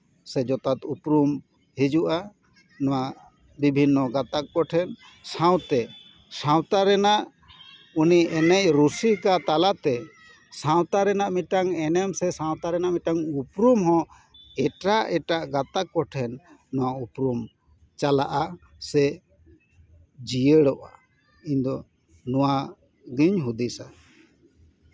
ᱥᱮ ᱡᱚᱛᱷᱟᱛ ᱩᱯᱨᱩᱢ ᱦᱤᱡᱩᱜᱼᱟ ᱱᱚᱣᱟ ᱵᱤᱵᱷᱤᱱᱱᱚ ᱜᱟᱛᱟᱠ ᱠᱚᱴᱷᱮᱱ ᱥᱟᱶᱛᱮ ᱥᱟᱶᱛᱟ ᱨᱮᱱᱟᱜ ᱩᱱᱤ ᱮᱱᱮᱡ ᱨᱩᱥᱤᱠᱟ ᱛᱟᱞᱟᱛᱮ ᱥᱟᱶᱛᱟ ᱨᱮᱱᱟᱜ ᱢᱤᱫᱴᱟᱝ ᱮᱱᱮᱢ ᱥᱮ ᱥᱟᱶᱛᱟ ᱨᱮᱱᱟᱜ ᱢᱤᱫᱴᱟᱱ ᱩᱯᱨᱩᱢ ᱦᱚᱸ ᱮᱴᱟᱜ ᱮᱴᱟᱜ ᱜᱟᱛᱟᱠ ᱠᱚᱴᱷᱮᱱ ᱱᱚᱣᱟ ᱩᱯᱨᱩᱢ ᱪᱟᱞᱟᱜᱼᱟ ᱥᱮ ᱡᱤᱭᱟᱹᱲᱚᱜᱼᱟ ᱤᱧ ᱫᱚ ᱱᱚᱣᱟ ᱜᱮᱧ ᱦᱩᱫᱤᱥᱟ